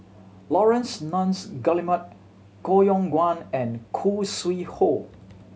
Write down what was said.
Laurence Nunns Guillemard Koh Yong Guan and Khoo Sui Hoe